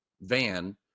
van